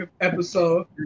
episode